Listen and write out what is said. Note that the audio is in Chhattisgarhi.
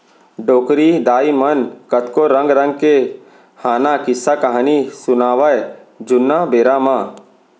डोकरी दाइ मन कतको रंग रंग के हाना, किस्सा, कहिनी सुनावयँ जुन्ना बेरा म